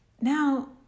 now